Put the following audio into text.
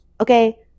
Okay